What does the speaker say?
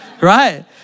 right